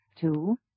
Two